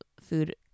food